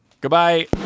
Goodbye